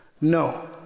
no